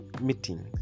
meeting